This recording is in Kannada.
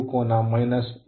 2 ಕೋನ 1